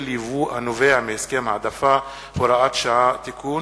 יבוא הנובע מהסכם העדפה) (הוראת שעה) (תיקון),